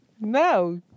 no